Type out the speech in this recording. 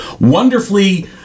wonderfully